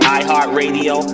iHeartRadio